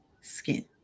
skin